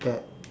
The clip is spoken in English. that